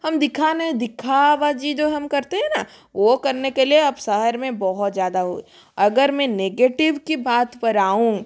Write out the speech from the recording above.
हम दिखाना है दिखावा जी जो हम करते है ना वो करने के लिए आप शहर में बहुत ज़्यादा हो अगर मे नेगेटिव की बात पर आऊँ